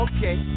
Okay